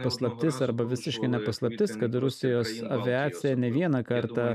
paslaptis arba visiškai paslaptis kad rusijos aviacija ne vieną kartą